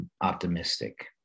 optimistic